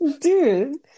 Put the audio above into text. Dude